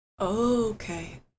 Okay